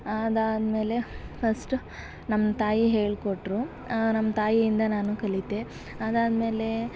ಅದಾದ್ಮೇಲೆ ಫಸ್ಟ್ ನಮ್ಮ ತಾಯಿ ಹೇಳಿ ಕೊಟ್ರು ನಮ್ಮ ತಾಯಿಯಿಂದ ನಾನು ಕಲಿತೆ ಅದಾದ್ಮೇಲೆ